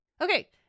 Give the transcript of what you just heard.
Okay